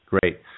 Great